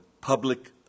public